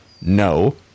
No